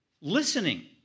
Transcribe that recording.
Listening